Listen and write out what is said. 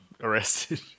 arrested